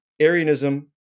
Arianism